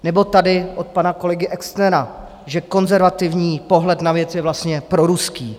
Nebo tady od pana kolegy Exnera, že konzervativní pohled na věc je vlastně proruský.